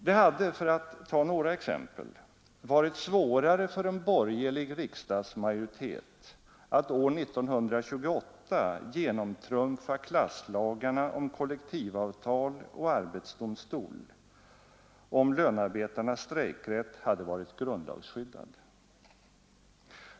Det hade — för att ta några exempel — varit svårare för en borgerlig riksdagsmajoritet att år 1928 genomtrumfa klasslagarna om kollektivavtal och arbetsdomstol, om lönarbetarnas strejkrätt hade varit grundlagsskyddad.